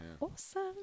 awesome